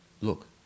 Look